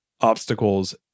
obstacles